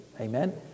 amen